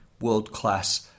world-class